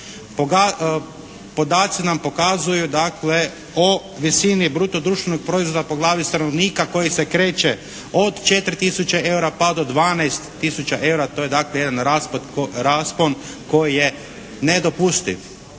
Podaci nam pokazuju dakle o visini bruto društvenog proizvoda po glavi stanovnika koji se kreće od 4 tisuće eura pa do 12 tisuća eura, to je dakle jedan raspon koji je nedopustiv